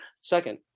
second